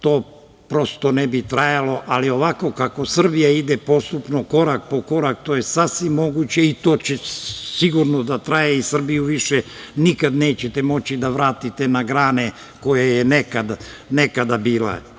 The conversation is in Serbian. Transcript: To prosto ne bi trajalo, ali ovako kako Srbija ide postupno korak po korak to je sasvim moguće i to će sigurno da traje i Srbiju više nikada nećete moći da vratite na grane gde je nekada bila.